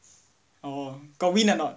orh got win or not